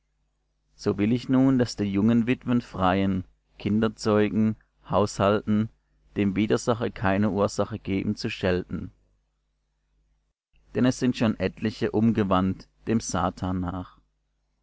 so will ich nun daß die jungen witwen freien kinder zeugen haushalten dem widersacher keine ursache geben zu schelten denn es sind schon etliche umgewandt dem satan nach